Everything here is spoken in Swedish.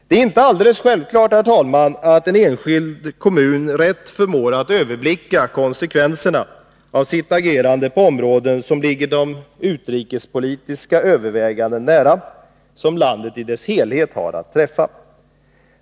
Det är inte alldeles självklart, herr talman, att en enskild kommun rätt förmår överblicka konsekvenserna av sitt agerande på områden, som ligger nära de utrikespolitiska överväganden som landet i sin helhet har att göra.